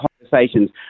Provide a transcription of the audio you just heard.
conversations